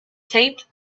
taped